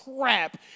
crap